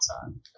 time